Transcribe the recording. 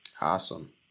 Awesome